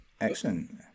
excellent